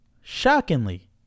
shockingly